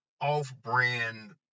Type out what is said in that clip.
off-brand